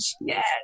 Yes